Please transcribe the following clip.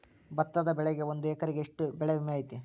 ಭತ್ತದ ಬೆಳಿಗೆ ಒಂದು ಎಕರೆಗೆ ಎಷ್ಟ ಬೆಳೆ ವಿಮೆ ಐತಿ?